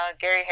Gary